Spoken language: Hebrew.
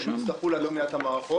הם יצטרכו להטמיע את המערכות.